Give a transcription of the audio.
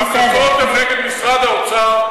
ההמלצות הן נגד משרד האוצר,